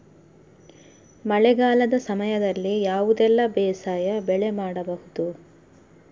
ಮಳೆಗಾಲದ ಸಮಯದಲ್ಲಿ ಯಾವುದೆಲ್ಲ ಬೇಸಾಯ ಬೆಳೆ ಮಾಡಬಹುದು?